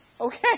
Okay